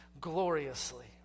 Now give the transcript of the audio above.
gloriously